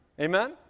amen